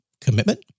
commitment